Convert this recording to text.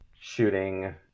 shooting